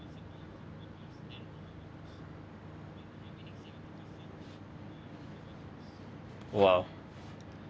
!wow!